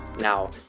Now